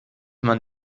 man